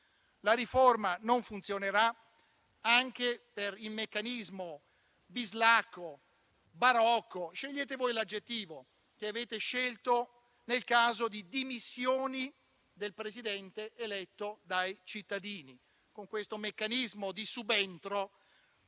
La riforma non funzionerà anche per il meccanismo bislacco e barocco - scegliete voi l'aggettivo - che avete introdotto nel caso di dimissioni del Presidente eletto dai cittadini con il meccanismo di subentro